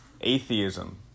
Atheism